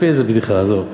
לפיד זו בדיחה, עזוב.